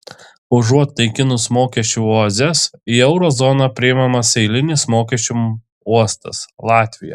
užuot naikinus mokesčių oazes į euro zoną priimamas eilinis mokesčių uostas latvija